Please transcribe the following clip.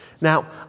Now